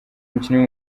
umukinnyi